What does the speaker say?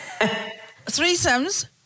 threesomes